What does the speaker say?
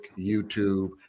YouTube